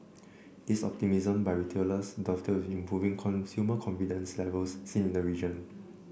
this optimism by retailers dovetails with improving consumer confidence levels seen in the region